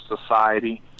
society